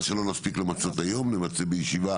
מה שלא נספיק למצות היום נמצה בישיבה